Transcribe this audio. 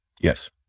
Yes